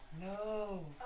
No